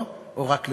או רק לבד?